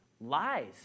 lies